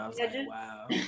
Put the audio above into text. Wow